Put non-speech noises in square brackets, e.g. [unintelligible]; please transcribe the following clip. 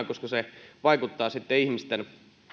[unintelligible] koska se vaikuttaa sitten ihmisten